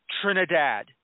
Trinidad